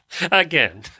Again